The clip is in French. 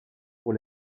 pour